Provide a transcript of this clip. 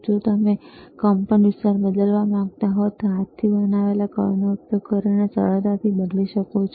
જો તમે કંપનવિસ્તાર બદલવા માંગતા હો તો તમે હાથથી બનાવેલ કળ ઉપયોગ કરીને સરળતાથી બદલી શકો છો